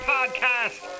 Podcast